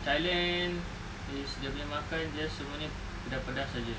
thailand is dia punya makan just semuanya pedas-pedas jer